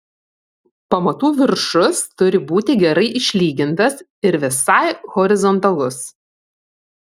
pamatų viršus turi būti gerai išlygintas ir visai horizontalus